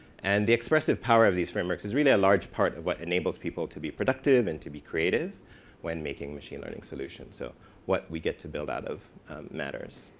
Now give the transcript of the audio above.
and the expressive power of these frameworks is really a large part of what enables people to be productive and to be creative when making machine learning solutions. so what we get to build out of matters.